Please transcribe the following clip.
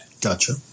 Gotcha